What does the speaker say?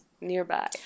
nearby